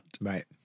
Right